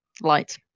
light